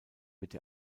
wird